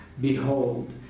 Behold